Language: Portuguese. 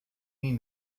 mim